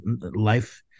life